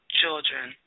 children